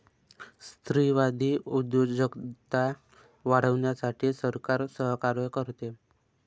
स्त्रीवादी उद्योजकता वाढवण्यासाठी सरकार सहकार्य करते